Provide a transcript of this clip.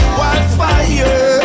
wildfire